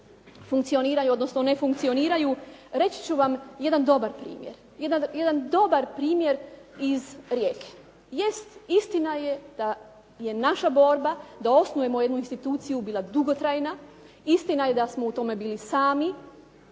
funkcioniraju, odnosno ne funkcioniraju, reći ću vam jedan dobar primjer, jedan dobar primjer iz Rijeke. Jest, istina je da je naša borba da osnujemo jednu instituciju bila dugotrajna. Istina je da smo u tome bili sami,